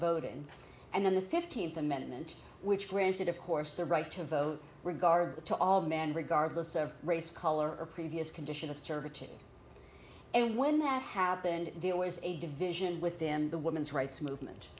voting and then the fifteenth amendment which granted of course the right to vote regard to all men regardless of race color or previous condition of servitude and when that happened the always a division within the women's rights movement